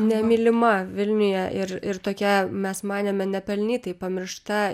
nemylima vilniuje ir ir tokia mes manėme nepelnytai pamiršta